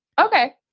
Okay